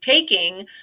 taking